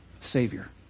Savior